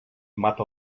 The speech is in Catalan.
mata